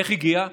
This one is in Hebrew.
איך הגיע?